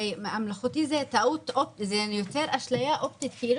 המלאכותי הזה יוצר אשליה אופטית כאילו